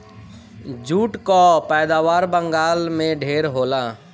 jute कअ पैदावार बंगाल में ढेर होला